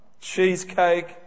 cheesecake